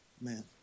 Man